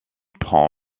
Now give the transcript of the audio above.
prend